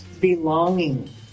belonging